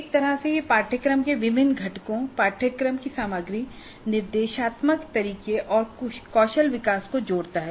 एक तरह से यह पाठ्यक्रम के विभिन्न घटकों पाठ्यक्रम की सामग्री निर्देशात्मक तरीके और कौशल विकास को जोड़ता है